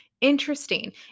Interesting